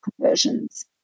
conversions